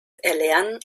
erlernen